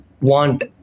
want